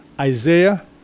Isaiah